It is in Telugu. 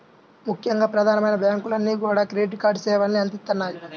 ముఖ్యంగా ప్రధానమైన బ్యాంకులన్నీ కూడా క్రెడిట్ కార్డు సేవల్ని అందిత్తన్నాయి